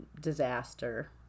disaster